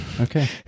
okay